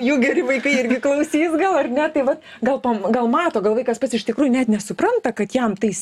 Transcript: jų geri vaikai irgi klausys gal ar ne tai va gal mato gal vaikas pats iš tikrųjų net nesupranta kad jam tai